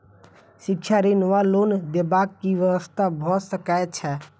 शिक्षा ऋण वा लोन देबाक की व्यवस्था भऽ सकै छै?